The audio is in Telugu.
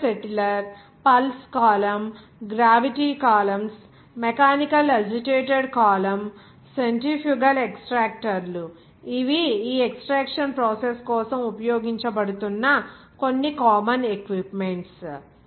mixer settler pulse column gravity columns mechanical agitated column centrifugal ఎక్స్ట్రాక్టర్లు ఇవి ఈ ఎక్స్ట్రాక్షన్ ప్రాసెస్ కోసం ఉపయోగించబడుతున్న కొన్ని కామన్ ఎక్విప్మెంట్స్